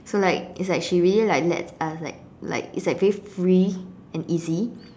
so like it's like she really like lets us like like it's like very free and easy